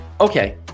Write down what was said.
okay